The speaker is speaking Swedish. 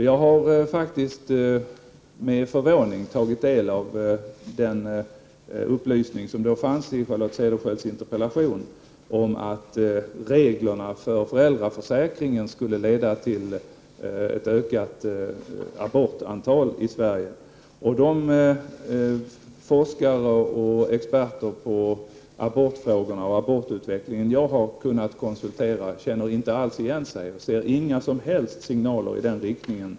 Jag har faktiskt med förvåning tagit del av den upplysning som fanns i Charlotte Cederschiölds interpellation om att reglerna för föräldraförsäkringen skulle leda till ökat antal aborter i Sverige. De forskare och de experter på abortfrågor och abortutveckling jag har kunnat konsultera känner inte alls igen den bilden. De ser inga som helst signaler i den riktningen.